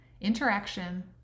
interaction